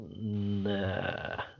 nah